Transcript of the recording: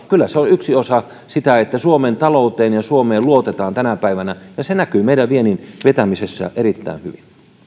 kyllä se on yksi osa sitä että suomen talouteen ja suomeen luotetaan tänä päivänä se näkyy meidän viennin vetämisessä erittäin